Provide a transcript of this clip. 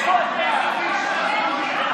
שתקבע ועדת הכנסת